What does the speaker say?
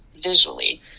visually